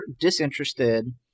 disinterested